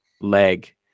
leg